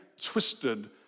twisted